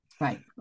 Right